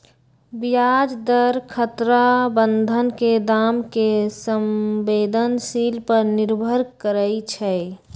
ब्याज दर खतरा बन्धन के दाम के संवेदनशील पर निर्भर करइ छै